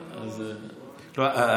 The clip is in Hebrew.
אבל הוא לא אישר.